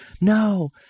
no